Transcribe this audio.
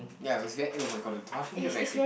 ya it was very ya oh-my-god the bathroom here very creep